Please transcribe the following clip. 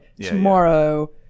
Tomorrow